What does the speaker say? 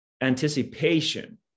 anticipation